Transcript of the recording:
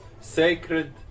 Sacred